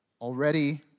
already